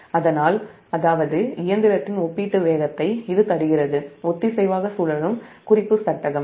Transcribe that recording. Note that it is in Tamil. அதனால் இயந்திரத்தின் ஒப்பீட்டு வேகத்தை இது ஒத்திசைவாக சுழலும் குறிப்பு சட்டகம் தருகிறது